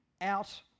out